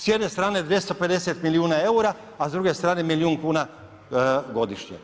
S jedne strane 250 milijuna eura, a s druge strane milijun kuna godišnje.